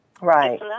Right